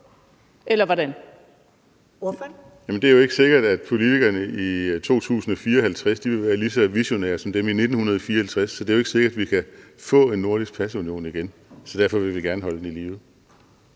(LA): Jamen det er jo ikke sikkert, at politikerne i år 2054 vil være lige så visionære som dem i år 1954, så det er jo ikke sikkert, at vi kan få en nordisk pasunion igen. Derfor vil vi gerne holde den i live.